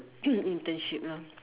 internship lah but